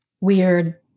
weird